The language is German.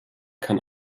kann